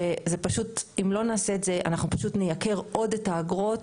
שזה פשוט אם לא נעשה את זה אנחנו פשוט נייקר עוד את האגרות.